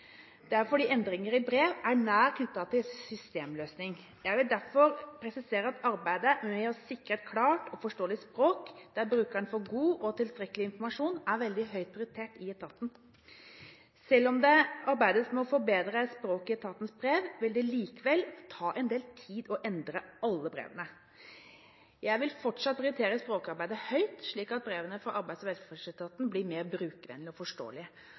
Det er fordi endringer i brev er nært knyttet til systemløsningen. Jeg vil derfor presisere at arbeidet med å sikre et klart og forståelig språk der brukerne får god og tilstrekkelig informasjon, er veldig høyt prioritert i etaten. Selv om det arbeides med å forbedre språket i etatens brev, vil det likevel ta en del tid å endre alle brevene. Jeg vil fortsatt prioritere språkarbeidet høyt, slik at brevene fra Arbeids- og velferdsetaten blir mer brukervennlige og